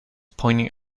pointing